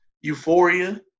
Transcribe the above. euphoria